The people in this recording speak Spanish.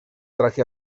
traje